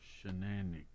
Shenanigans